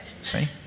See